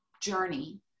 journey